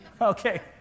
Okay